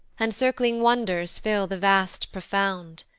and circling wonders fill the vast profound.